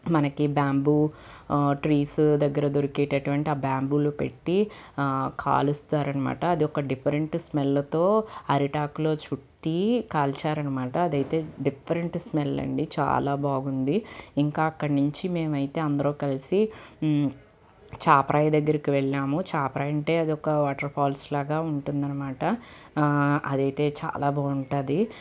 మనకి bamboo trees దగ్గర దొరికేటటువంటి ఆ బ్యాంబులో పెట్టి కాలుస్తారన్నమాట అదొక డిఫరెంట్ స్మెల్తో అరిటాకులో చుట్టి కాల్చారు అనమాట అది అయితే డిఫరెంట్ స్మెల్ అండి చాలా బాగుంది ఇంకా అక్కడి నుంచి మేము అయితే అందరూ కలిసి చాపరాయి దగ్గరికి వెళ్ళాము చాపరాయి అంటే అది ఒక వాటర్ ఫాల్స్లాగా ఉంటుందన్నమాట అది అయితే చాలా బాగుంటది